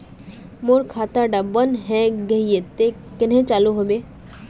मोर खाता डा बन है गहिये ते कन्हे चालू हैबे?